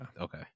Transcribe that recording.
okay